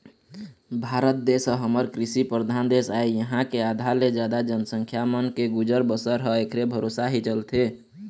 भारत देश ह हमर कृषि परधान देश आय इहाँ के आधा ले जादा जनसंख्या मन के गुजर बसर ह ऐखरे भरोसा ही चलथे